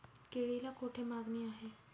केळीला कोठे मागणी आहे?